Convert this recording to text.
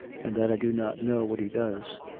and that i do not know what he does.